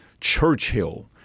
Churchill